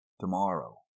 Tomorrow